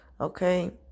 okay